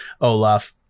Olaf